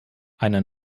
einer